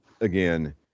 again